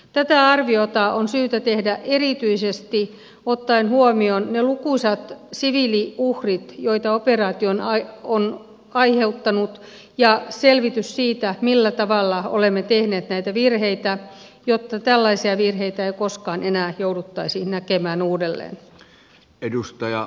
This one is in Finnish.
tätä arviota on syytä tehdä erityisesti ottaen huomioon ne lukuisat siviiliuhrit joita operaatio on aiheuttanut ja on tehtävä selvitys siitä millä tavalla olemme tehneet näitä virheitä jotta tällaisia virheitä ei koskaan enää jouduttaisi näkemään uudelleen edustaja